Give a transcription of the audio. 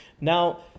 Now